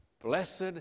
blessed